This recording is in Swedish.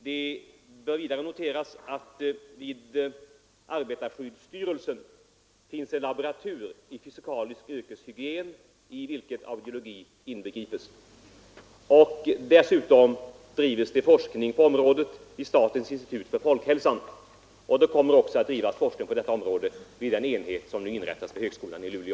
Det bör vidare noteras att vid arbetarskyddsstyrelsen finns en laboratur i fysikalisk yrkeshygien, i vilken audiologi inbegrips. Slutligen bedrivs forskning på området vid statens institut för folkhälsan, och sådan forskning kommer också att bedrivas vid den enhet som nu inrättas på högskolan i Luleå.